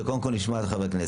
שקודם כול נשמע את --- חברי